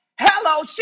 Hello